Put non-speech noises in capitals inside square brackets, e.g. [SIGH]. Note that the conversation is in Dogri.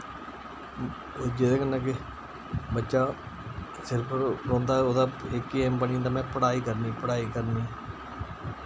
जेह्दे कन्नै के बच्चा [UNINTELLIGIBLE] रोह्नदा उ'दा इक एम बनी जंदा मैं पढ़ाई करनी पढ़ाई करनी